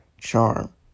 charm